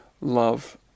love